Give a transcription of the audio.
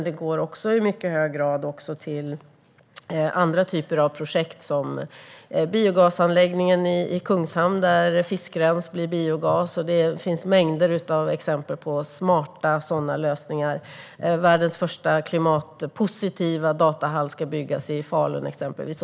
Det går dock även i hög grad till andra typer av projekt, som biogasanläggningen i Kungshamn där fiskrens blir biogas. Det finns mängder av exempel på smarta sådana lösningar; exempelvis ska världens första klimatpositiva datahall byggas i Falun.